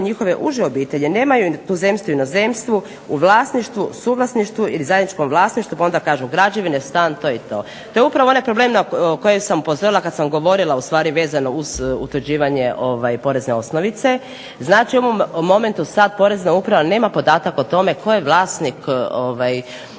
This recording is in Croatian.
njihove uže obitelji nemaju u tuzemstvu i inozemstvu u vlasništvu, suvlasništvu ili zajedničkom vlasništvu pa onda kažu građevine, stan to je to. To je upravo onaj problem na koji sam upozorila kad sam govorila ustvari vezano uz utvrđivanje porezne osnovice. Znači, u ovom momentu sad Porezna uprava nema podatak o tome tko je vlasnik